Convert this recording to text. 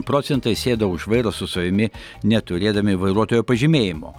procentai sėda už vairo su savimi neturėdami vairuotojo pažymėjimo